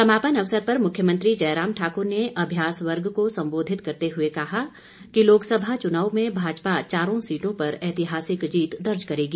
समापन अवसर पर मुख्यमंत्री जयराम ठाकुर ने अभ्यास वर्ग को संबोधित करते हुए कहा कि लोकसभा चुनाव में भाजपा चारों सीटों पर ऐतिहासित जीत दर्ज करेगी